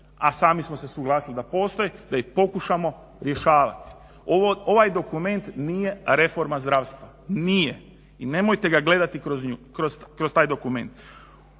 a sami smo se usuglasili da postoje, da ih pokušamo rješavati. Ovaj dokument nije reforma zdravstva, nije i nemojte ga gledati kroz taj dokument.